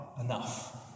enough